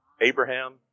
Abraham